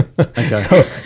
okay